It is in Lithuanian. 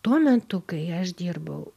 tuo metu kai aš dirbau